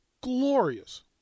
glorious